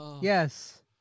Yes